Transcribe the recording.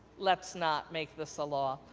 let's not make this a law.